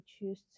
choose